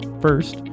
First